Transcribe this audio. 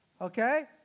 okay